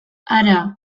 hara